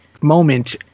moment